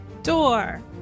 Door